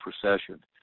procession